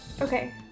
Okay